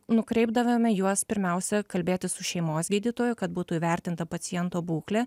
nukreipdavome juos pirmiausia kalbėtis su šeimos gydytoju kad būtų įvertinta paciento būklė